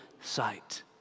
sight